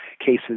cases